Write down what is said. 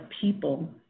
people